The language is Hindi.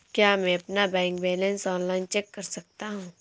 क्या मैं अपना बैंक बैलेंस ऑनलाइन चेक कर सकता हूँ?